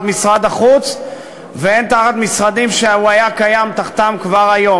משרד החוץ והן במשרדים שהוא קיים בהם כבר היום.